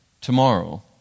tomorrow